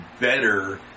better